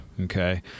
Okay